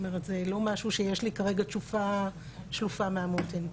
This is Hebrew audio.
זה לא משהו שיש לי כרגע תשובה שלופה מהמותן.